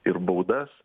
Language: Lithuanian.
ir baudas